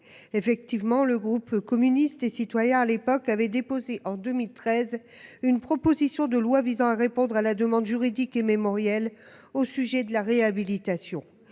Effectivement, le groupe communiste et citoyen à l'époque avait déposé en 2013 une proposition de loi visant à répondre à la demande juridique et mémorielles au sujet de la réhabilitation.